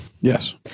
Yes